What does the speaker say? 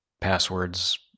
passwords